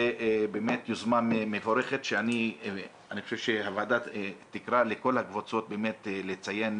באמת יוזמה מבורכת שאני חושב שהוועדה תקרא לכל הקבוצות לציין